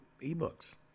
e-books